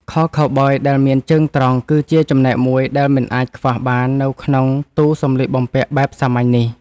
ខោខូវប៊យដែលមានជើងត្រង់ គឺជាចំណែកមួយដែលមិនអាចខ្វះបាននៅក្នុងទូសម្លៀកបំពាក់បែបសាមញ្ញនេះ។